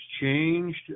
changed